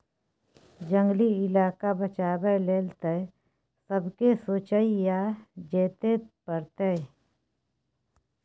जंगली इलाका बचाबै लेल तए सबके सोचइ आ चेतै परतै